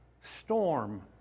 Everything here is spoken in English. storm